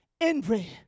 envy